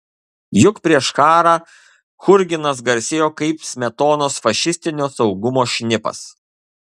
juk prieš karą churginas garsėjo kaip smetonos fašistinio saugumo šnipas